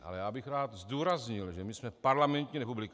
Ale já bych rád zdůraznil, že my jsme parlamentní republika.